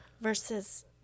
versus